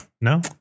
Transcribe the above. no